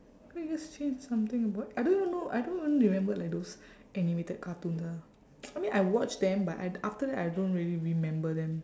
can't you just change something about I don't even know I don't even remember like those animated cartoons ah I mean I watch them but I after that I don't really remember them